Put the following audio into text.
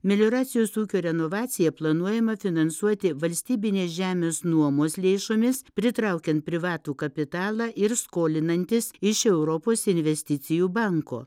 melioracijos ūkio renovaciją planuojama finansuoti valstybinės žemės nuomos lėšomis pritraukiant privatų kapitalą ir skolinantis iš europos investicijų banko